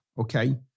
Okay